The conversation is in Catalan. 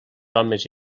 homes